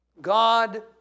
God